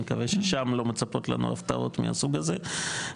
ואני מקווה ששם לא מצפות לנו הפתעות מהסוג הזה,